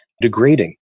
degrading